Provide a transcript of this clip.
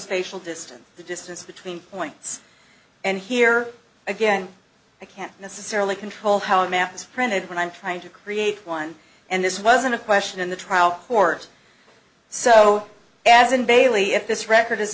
spatial distance the distance between points and here again i can't necessarily control how a map is printed when i'm trying to create one and this wasn't a question in the trial court so as in bailey if this record is